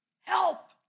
help